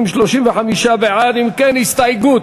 ההסתייגות